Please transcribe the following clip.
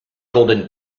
golden